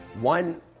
One